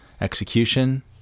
execution